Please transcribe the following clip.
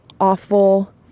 awful